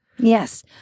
Yes